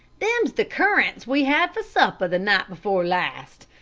them's the currants we had for supper the night before last,